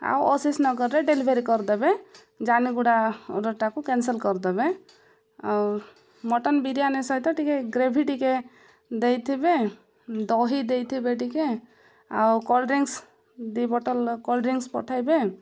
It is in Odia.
ଆଉ ଅଶିଷ ନଗରରେ ଡେଲିଭରି କରିଦେବେ ଯାନି ଗୁଡ଼ା ଅର୍ଡ଼ରଟାକୁ କ୍ୟାନସଲ୍ କରିଦେବେ ଆଉ ମଟନ ବିରିୟାନି ସହିତ ଟିକେ ଗ୍ରେଭି ଟିକେ ଦେଇଥିବେ ଦହି ଦେଇଥିବେ ଟିକେ ଆଉ କୋଲଡ଼ ଡ୍ରିଙ୍କସ୍ ଦୁଇ ବଟଲ୍ କୋଲଡ଼ ଡ୍ରିଙ୍କ୍ସ ପଠାଇବେ